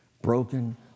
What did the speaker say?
broken